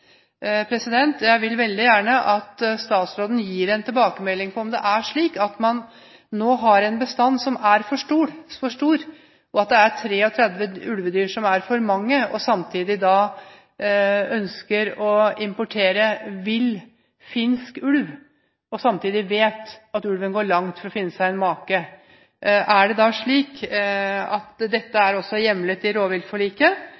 Jeg vil veldig gjerne at statsråden gir en tilbakemelding på om det er slik at man nå har en bestand som er for stor, at det er 33 ulvedyr for mange, samtidig som man ønsker å importere vill, finsk ulv og vet at ulven går langt for å finne seg en make. Er det slik at dette er hjemlet i rovviltforliket, og er det slik at statsråden faktisk har tenkt å gjennomføre dette